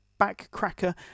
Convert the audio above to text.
backcracker